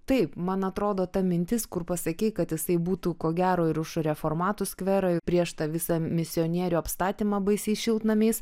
taip man atrodo ta mintis kur pasakei kad jisai būtų ko gero ir už reformatų skvero prieš tą visą misionierių apstatymą baisiais šiltnamiais